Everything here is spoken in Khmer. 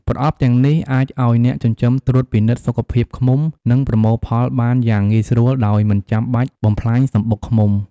ប្រអប់ទាំងនេះអាចឲ្យអ្នកចិញ្ចឹមត្រួតពិនិត្យសុខភាពឃ្មុំ និងប្រមូលផលបានយ៉ាងងាយស្រួលដោយមិនចាំបាច់បំផ្លាញសំបុកឃ្មុំ។